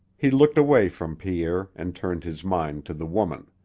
he looked away from pierre and turned his mind to the woman.